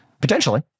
Potentially